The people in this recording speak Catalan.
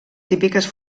típiques